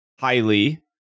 highly